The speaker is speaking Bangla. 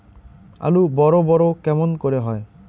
আলু বড় বড় কেমন করে হয়?